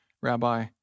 Rabbi